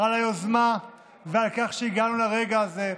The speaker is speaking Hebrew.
על היוזמה ועל כך שהגענו לרגע הזה.